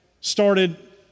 started